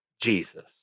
Jesus